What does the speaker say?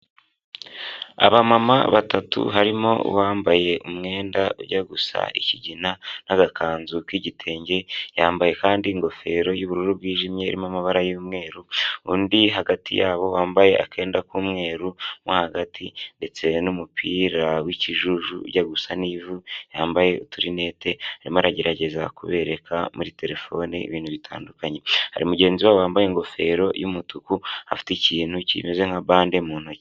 Abamama batatu harimo uwambaye umwenda ujya gusa ikigina n'agakanzu k'igitenge, yambaye kandi ingofero y'ubururu bwijimye irimo amabara y'umweru, undi hagati yabo wambaye akenda k'umweru mo hagati ndetse n'umupira w'ikijujuya gusa n'ivu, yambaye uturinete, arimo aragerageza kubereka muri terefone ibintu bitandukanye, hari mugenzi wabo wambaye ingofero y'umutuku, afite ikintu kimeze nka bande mu ntoki.